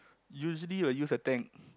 usually will use a tank